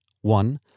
one